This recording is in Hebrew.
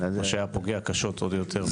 מה שהיה פוגע קשות עוד יותר.